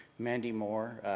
mandy moore,